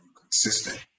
consistent